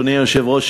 אדוני היושב-ראש,